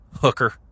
hooker